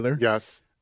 yes